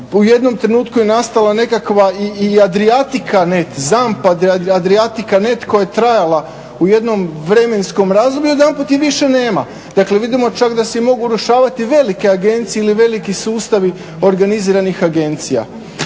u jednom trenutku je nastala nekakva i adriatika ne zampa, adriatika netko je trajala u jednom vremenskom razdoblju i odjedanput je više nema. Dakle, vidimo čak da se mogu i urušavati velike agencije ili veliki sustavi organiziranih agencija.